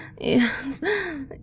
yes